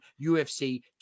UFC